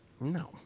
No